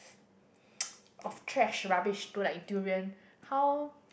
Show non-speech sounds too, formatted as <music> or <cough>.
<breath> of trash rubbish don't like durian how